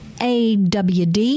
AWD